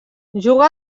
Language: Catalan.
juga